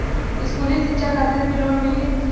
इस्कुली शिक्षा खातिर भी लोन मिल जाई?